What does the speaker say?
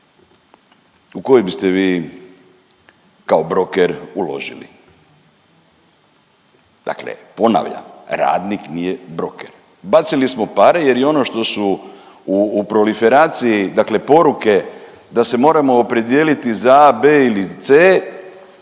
U koji biste vi kao broker uložili? Dakle, ponavljam radnik nije broker. Bacili smo pare jer i ono što su u proliferaciji dakle poruke da se moramo opredijeliti za A, B ili C